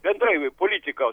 bendrai politikos